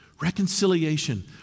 Reconciliation